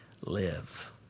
live